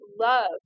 love